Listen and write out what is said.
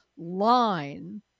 line